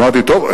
אמרתי: טוב,